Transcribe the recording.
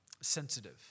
sensitive